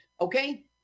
Okay